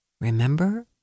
remember